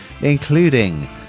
including